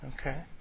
okay